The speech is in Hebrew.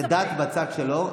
זה דת בצד שלו,